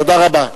תודה רבה.